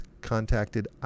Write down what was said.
contacted